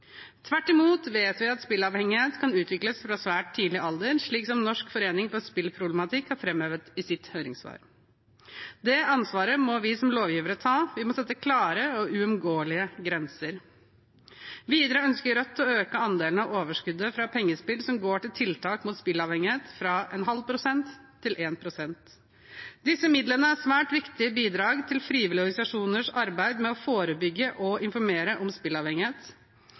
Tvert imot vet vi at spillavhengighet kan utvikles fra svært tidlig alder av, slik som Norsk Forening for Spillproblematikk har framhevet i sitt høringssvar. Det ansvaret må vi som lovgivere ta. Vi må sette klare og uunngåelige grenser. Videre ønsker Rødt å øke andelen av overskuddet fra pengespill som går til tiltak mot spillavhengighet, fra 0,5 pst. til 1 pst. Disse midlene er svært viktige bidrag til frivillige organisasjoners arbeid med å forebygge og informere om spillavhengighet,